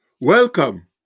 Welcome